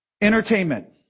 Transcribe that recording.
Entertainment